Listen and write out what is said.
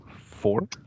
four